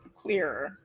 clearer